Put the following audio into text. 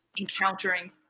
encountering